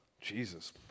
Jesus